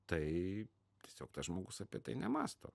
tai tiesiog tas žmogus apie tai nemąsto